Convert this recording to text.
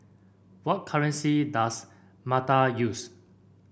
what currency does Malta use